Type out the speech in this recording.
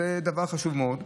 זה דבר חשוב מאוד.